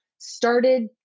started